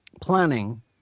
planning